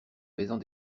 faisant